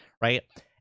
Right